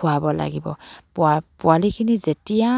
খোৱাব লাগিব পোৱা পোৱালিখিনি যেতিয়া